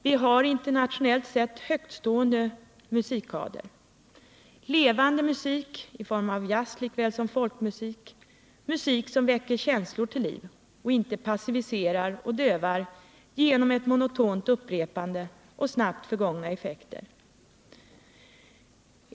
Vi har en internationellt sett högtstående musikkader. Levande musik i form av jazz, likaväl som folkmusik, väcker känslor till liv i stället för att passivisera eller döva genom ett monotont upprepande och snabbt förgångna effekter.